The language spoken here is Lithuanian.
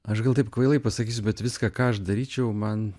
aš gal taip kvailai pasakysiu bet viską ką aš daryčiau man